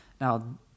Now